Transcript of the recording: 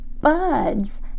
buds